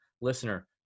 listener